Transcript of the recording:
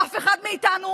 // ואם אי פעם תגיעו לכאן /